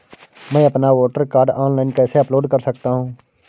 मैं अपना voter card online कैसे अपलोड कर सकता हूँ?